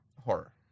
Horror